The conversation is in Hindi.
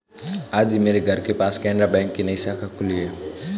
आज ही मेरे घर के पास केनरा बैंक की नई शाखा खुली है